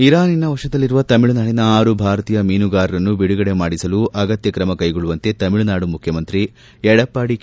ಇರಾನ್ನಿನ ವಶದಲ್ಲಿರುವ ತಮಿಳುನಾಡಿನ ಆರು ಭಾರತೀಯ ಮೀನುಗಾರರನ್ನು ಬಿಡುಗಡೆ ಮಾಡಿಸಲು ಅಗತ್ಯ ಕ್ರಮ ಕೈಗೊಳ್ಳುವಂತೆ ತಮಿಳುನಾಡು ಮುಖ್ಚಮಂತ್ರಿ ಎಡಪ್ಪಾಡಿ ಕೆ